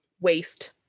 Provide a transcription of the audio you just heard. waste